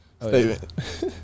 statement